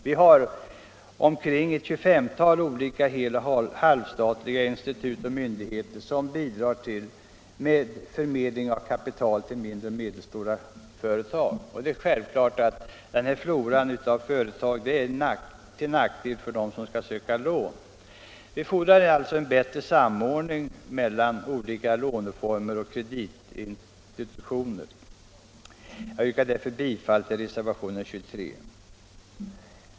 Vi har ett 25-tal olika hel och halvstatliga institut och myndigheter som bidrar med förmedlingen av kapital till mindre och medelstora företag. Det är självklart att den här floran av institut är till nackdel för dem som skall söka lån. Vi fordrar alltså en bättre samordning mellan olika låneformer och kreditinstitut. Jag yrkar därför bifall till reservationen 23.